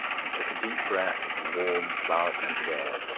and took a deep breath of the warm, flower-scented air.